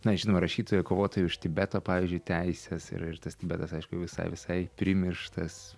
na žinoma rašytoja kovotoja už tibeto pavyzdžiui teises ir ir tas tibetas aišku visai visai primirštas